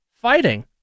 fighting